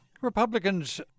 Republicans